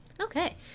Okay